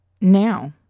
now